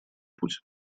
путь